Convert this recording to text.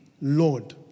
Lord